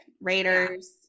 Raiders